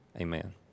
amen